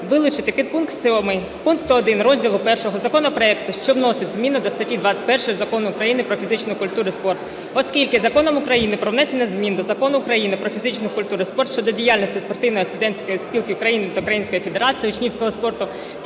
Вилучити підпункт 7 пункту 1 розділу І законопроекту, що вносить зміни до статті 21 Закону України "Про фізичну культуру і спорт", оскільки Законом України "Про внесення змін до Закону України "Про фізичну культуру і спорт" (щодо діяльності Cпортивної студентської спілки України та Української федерації учнівського спорту),